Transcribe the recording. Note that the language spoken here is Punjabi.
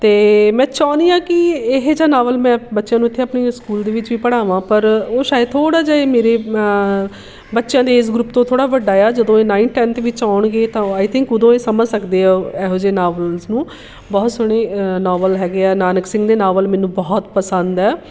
ਅਤੇ ਮੈਂ ਚਾਹੁੰਦੀ ਹਾਂ ਕਿ ਇਹ ਜਿਹਾ ਨਾਵਲ ਮੈਂ ਬੱਚਿਆਂ ਨੂੰ ਇੱਥੇ ਆਪਣੀ ਸਕੂਲ ਦੇ ਵਿੱਚ ਵੀ ਪੜ੍ਹਾਵਾਂ ਪਰ ਉਹ ਸ਼ਾਇਦ ਥੋੜ੍ਹਾ ਜਿਹਾ ਮੇਰੇ ਬੱਚਿਆਂ ਦੇ ਏਜ਼ ਗਰੁੱਪ ਤੋਂ ਥੋੜ੍ਹਾ ਵੱਡਾ ਆ ਜਦੋਂ ਇਹ ਨਾਈਨ ਟੈਂਨਥ ਵਿੱਚ ਆਉਣਗੇ ਤਾਂ ਉਹ ਆਈ ਥਿੰਕ ਉਦੋਂ ਇਹ ਸਮਝ ਸਕਦੇ ਆ ਉਹ ਇਹੋ ਜਿਹੇ ਨਾਵਲਸ ਨੂੰ ਬਹੁਤ ਸੋਹਣੇ ਨੋਵਲ ਹੈਗੇ ਆ ਨਾਨਕ ਸਿੰਘ ਦੇ ਨਾਵਲ ਮੈਨੂੰ ਬਹੁਤ ਪਸੰਦ ਹੈ